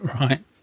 Right